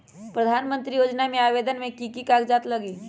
प्रधानमंत्री योजना में आवेदन मे की की कागज़ात लगी?